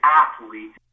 athlete